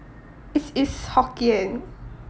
it's it's hokkien